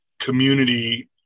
community